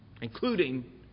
including